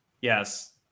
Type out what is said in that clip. Yes